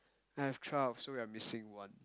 I have twelve so we are missing one